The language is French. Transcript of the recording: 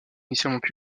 initialement